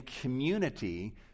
community